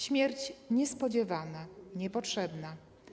Śmierć niespodziewana, niepotrzebna.